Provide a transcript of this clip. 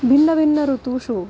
भिन्नभिन्न ऋतुषु